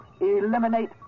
eliminate